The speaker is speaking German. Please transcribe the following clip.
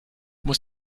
muss